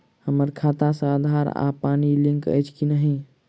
हम्मर खाता सऽ आधार आ पानि लिंक अछि की नहि?